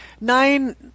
nine